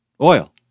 oil